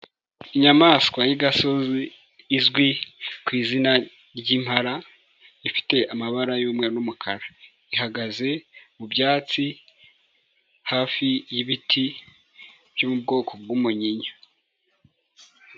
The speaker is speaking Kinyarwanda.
Inyamaswa y'igasozi izwi ku izina ry'impara ifite amabara y'umweru n'umukara, ihagaze mu byatsi hafi y'ibiti by'ubwoko bw'umunyinya.